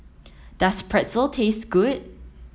does Pretzel taste good